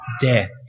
death